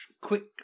quick